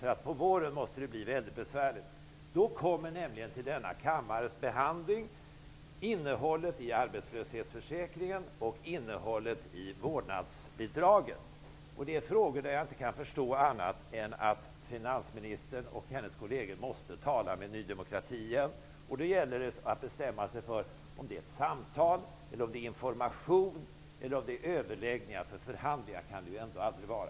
På våren måste det nämligen bli besvärligt. Då kommer till behandling i denna kammare förslag om innehållet i arbetslöshetsförsäkringen och vårdnadsbidraget. Det är frågor där jag inte kan förstå annat än att finansministern och hennes kolleger måste tala med Ny demokrati igen. Då gäller det att bestämma sig för om blir samtal, information eller överläggningar. Förhandlingar kan det ju ändå aldrig vara.